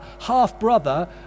half-brother